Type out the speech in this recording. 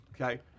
okay